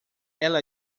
ela